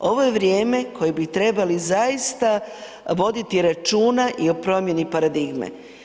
Ovo je vrijeme koje bi trebali zaista voditi računa i o promjeni paradigme.